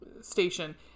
station